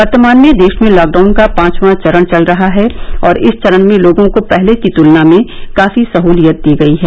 वर्तमान में देश में लॉकडाउन का पांचवा चरण चल रहा है और इस चरण में लोगों को पहले की तुलना में काफी सहलियत दी गई है